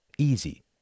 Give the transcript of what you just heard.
easy